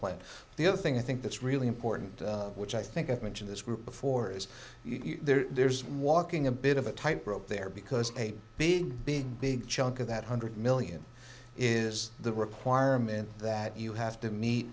plant the other thing i think that's really important which i think i've mentioned this group before is there's walking a bit of a tightrope there because a big big big chunk of that hundred million is the requirement that you have to